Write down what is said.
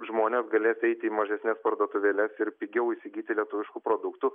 žmonės galės eiti į mažesnes parduotuvėles ir pigiau įsigyti lietuviškų produktų